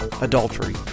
adultery